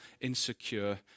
insecure